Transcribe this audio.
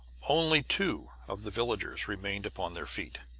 only two of the villagers remained upon their feet,